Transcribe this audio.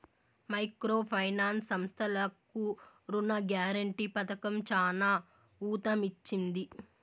micro finance సంస్థలకు రుణ guarantee పథకం చానా ఊతమిచ్చింది